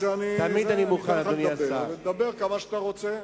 או שאני אתן לך לדבר ותדבר כמה שאתה רוצה?